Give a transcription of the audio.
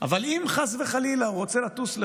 אבל אם, חס וחלילה, הוא רוצה לטוס לחו"ל,